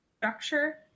structure